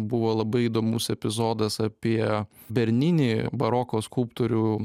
buvo labai įdomus epizodas apie berninį baroko skulptorių